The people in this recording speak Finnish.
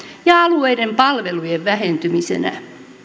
ja alueiden palvelujen vähentymisenä